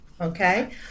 Okay